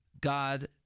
God